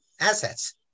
assets